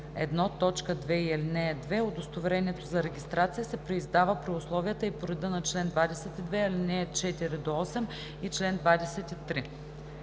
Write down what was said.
ал. 2 удостоверението за регистрация се преиздава при условията и по реда на чл. 22, ал. 4 – 8 и чл. 23“.“